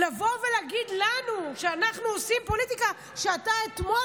לבוא ולהגיד לנו שאנחנו עושים פוליטיקה כשאתה אתמול,